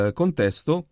contesto